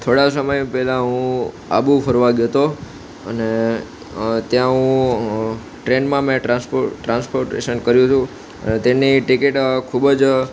થોડા સમય પહેલાં હું આબુ ફરવા ગયો હતો અને ત્યાં હું ટ્રેનમાં મેં ટ્રાન્સપો ટ્રાન્સપોટેશન કર્યું હતું અને તેની ટિકિટ ખૂબ જ